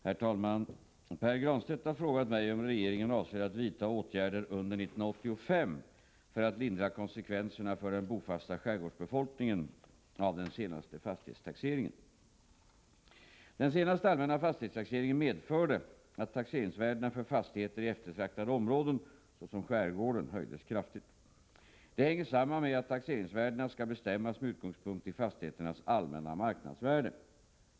Herr talman! Pär Granstedt har frågat mig om regeringen avser att vidta åtgärder under 1985 för att lindra konsekvenserna för den bofasta skärgårdsbefolkningen av den senaste fastighetstaxeringen. Den senaste allmänna fastighetstaxeringen medförde att taxeringsvärdena för fastigheter i eftertraktade områden såsom skärgården höjdes kraftigt. Detta hänger samman med att taxeringsvärdena skall bestämmas med utgångspunkt i fastigheternas allmänna marknadsvärde.